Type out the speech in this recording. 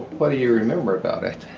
what do you remember about it?